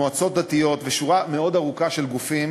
מועצות דתיות ושורה מאוד ארוכה של גופים